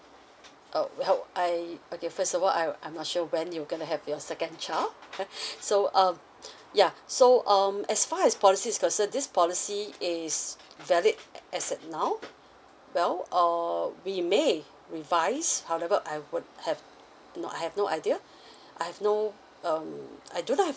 oh well I okay first of all I I'm not sure when you going to have your second child so um yeah so um as far as policy this policy is valid as in now well err we may revise however I would have no I have no idea I've no um I do not have